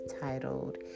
titled